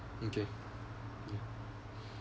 okay ya